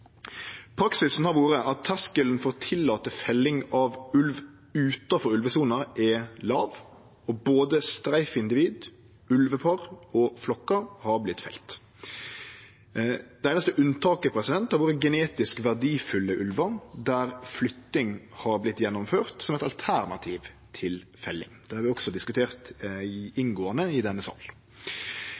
Praksisen har vore at terskelen for å tillate felling av ulv utanfor ulvesona er låg, og både streifindivid, ulvepar og flokkar har vorte felte. Det einaste unntaket har vore genetisk verdifulle ulvar, der flytting har vorte gjennomført som eit alternativ til felling. Det har vi også diskutert inngåande i denne